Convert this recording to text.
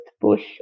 push